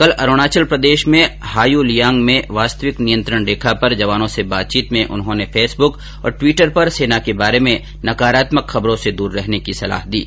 कल अरुणाचल प्रदेश में हायुलियांग में वास्तविक नियंत्रण रेखा पर जवानों से बातचीत में उन्होंने फेसबक और ट्वीटर पर सेना के बारे में नकारात्मक खबरों से उन्हें दूर रहने की सलाह दी है